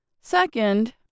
Second